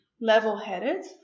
level-headed